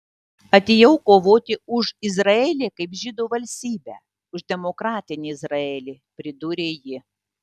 atėjau kovoti už izraelį kaip žydų valstybę už demokratinį izraelį pridūrė ji